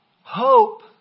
Hope